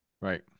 Right